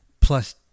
plus